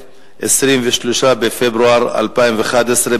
23 בפברואר 2011,